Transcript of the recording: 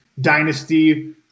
dynasty